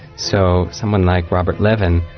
so someone like robert levin,